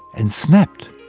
and snapped.